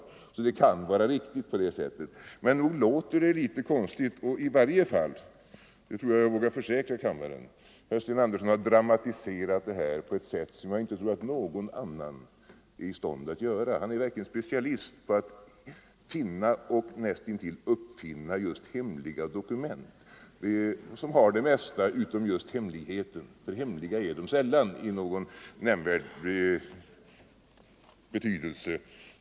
I så fall kan uppgiften vara riktig, men nog låter det litet konstigt. I varje fall har — det tror jag att jag vågar försäkra kammarens ledamöter - Sten Andersson dramatiserat detta på ett sätt som jag tror att inte någon annan är i stånd att göra. Han är verkligen specialist på att finna och näst intill uppfinna högst hemliga dokument, som har det mesta utom just hemligheter — för hemliga är de sällan i någon nämnvärd betydelse.